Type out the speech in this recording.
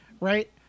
right